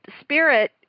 spirit